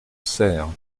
cère